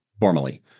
Formally